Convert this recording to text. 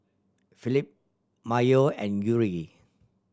Philip Myojo and Yuri